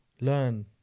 learn